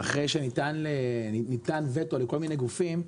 אחרי שניתן וטו לכל מיני גופים,